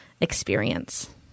experience